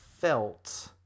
felt